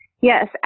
Yes